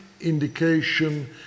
indication